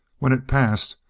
when it passed,